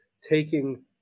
taking